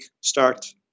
start